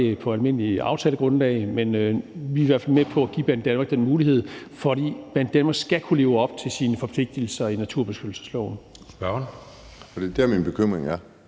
et almindeligt aftalegrundlag. Men vi er i hvert fald med på at give Banedanmark den mulighed, for Banedanmark skal kunne leve op til sine forpligtigelser i naturbeskyttelsesloven. Kl. 13:41 Anden næstformand